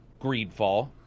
Greedfall